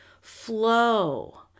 flow